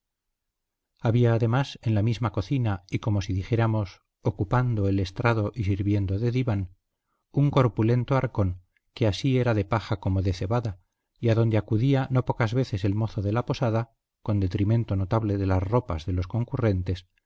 había además en la misma cocina y como si dijéramos ocupando el estrado y sirviendo de diván un corpulento arcón que así era de paja como de cebada y adonde acudía no pocas veces el mozo de la posada con detrimento notable de las ropas de los concurrentes